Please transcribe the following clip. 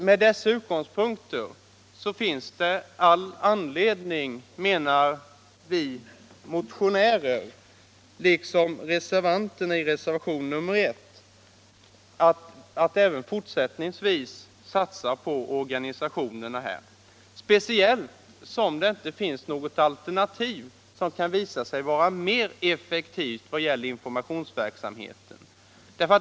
Med dessa utgångspunkter är det allt skäl, menar motionärerna liksom reservanterna i reservationen 1, att även fortsättningsvis satsa på organisationerna, speciellt som det inte finns något alternativ som kan vara mer effektivt vad gäller informationsverksamheten.